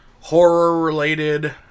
horror-related